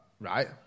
Right